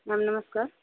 ma'am ନମସ୍କାର